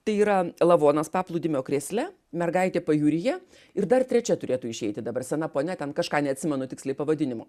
tai yra lavonas paplūdimio krėsle mergaitė pajūryje ir dar trečia turėtų išeiti dabar sena ponia ten kažką neatsimenu tiksliai pavadinimo